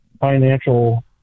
financial